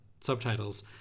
subtitles